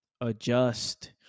adjust